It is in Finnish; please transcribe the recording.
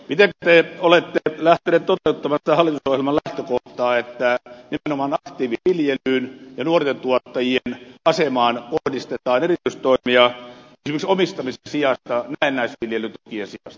mitenkä te olette lähtenyt toteuttamaan sitä hallitusohjelman lähtökohtaa että nimenomaan aktiiviviljelyyn ja nuorten tuottajien asemaan kohdistetaan erityistoimia esimerkiksi omistamisen sijasta näennäisviljelytukien sijasta